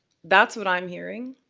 that's what i'm hearing.